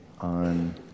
on